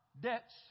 debts